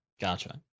Gotcha